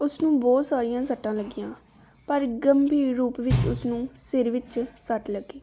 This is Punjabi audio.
ਉਸਨੂੰ ਬਹੁਤ ਸਾਰੀਆਂ ਸੱਟਾਂ ਲੱਗੀਆਂ ਪਰ ਇੱਕ ਗੰਭੀਰ ਰੂਪ ਵਿੱਚ ਉਸਨੂੰ ਸਿਰ ਵਿੱਚ ਸੱਟ ਲੱਗੀ